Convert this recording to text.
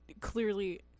clearly